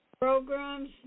programs